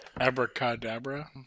Abracadabra